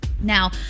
Now